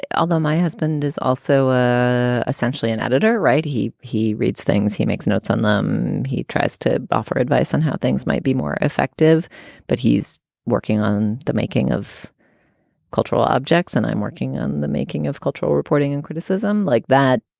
although my husband is also ah ah essentially an editor right. he he reads things, he makes notes on them. he tries to offer advice on how things might be more effective but he's working on the making of cultural objects and i'm working on the making of cultural reporting and criticism like that.